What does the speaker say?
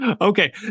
Okay